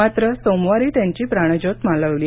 मात्र सोमवारी त्यांची प्राणज्योत मालवली